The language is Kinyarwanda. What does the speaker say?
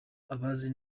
abazi